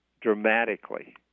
dramatically